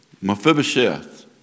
Mephibosheth